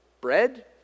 bread